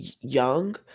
young